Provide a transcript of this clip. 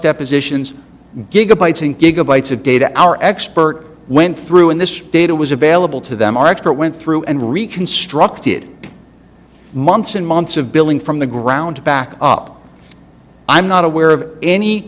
depositions gigabytes in gigabytes of data our expert went through in this data was available to them our expert went through and reconstructed months and months of building from the ground to back up i'm not aware of any